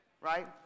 Right